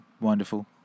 wonderful